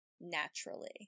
naturally